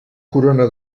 corona